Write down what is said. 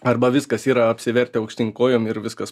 arba viskas yra apsivertę aukštyn kojom ir viskas